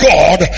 God